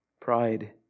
Pride